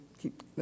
keep